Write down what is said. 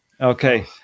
Okay